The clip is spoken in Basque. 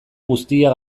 guztia